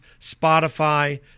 Spotify